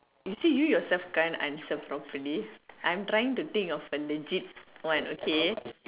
you see you yourself can't answer properly I'm trying to think of a legit one okay